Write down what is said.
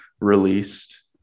released